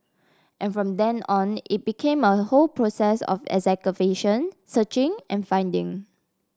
and from then on it became a whole process of excavation searching and finding